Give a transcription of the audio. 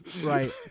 right